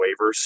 waivers